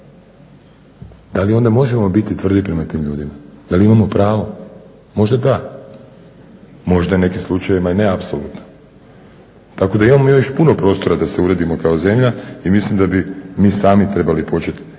da li onda možemo biti tvrdi prema tim ljudima, da li imamo pravo? Možda da, možda u nekim slučajevima i ne apsolutno. Tako da mi imamo još puno prostora da se uredimo kao zemlja i mislim da bi mi sami trebali početi